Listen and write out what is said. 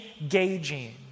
Engaging